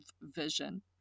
vision